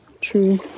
true